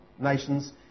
nations